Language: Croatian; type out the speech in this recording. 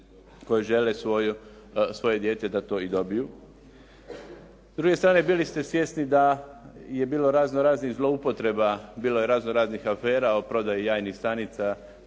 koje žele svoje dijete da to i dobiju. S druge strane bili ste svjesni da je bilo raznoraznih zloupotreba, bilo je raznoraznih afera o prodaji jajnih stanica.